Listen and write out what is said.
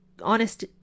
honest